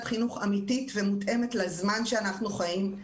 חינוך אמיתית ומותאמת לזמן שאנחנו חיים,